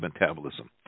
metabolism